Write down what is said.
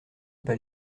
pas